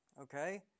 Okay